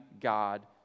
God